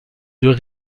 deux